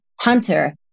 Hunter